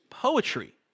Poetry